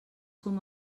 com